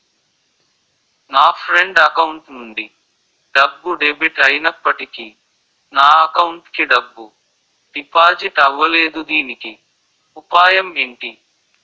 నా friend account నుండి డబ్బు డెబిట్ అయినప్పటికీ నా అకౌంట్ కి డబ్బు డిపాజిట్ అవ్వలేదుదీనికి ఉపాయం ఎంటి?